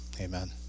Amen